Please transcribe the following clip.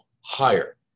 higher